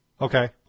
Okay